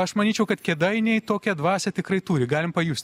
aš manyčiau kad kėdainiai tokią dvasią tikrai turi galim pajusti